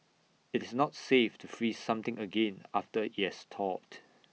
IT is not safe to freeze something again after IT has thawed